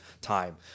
time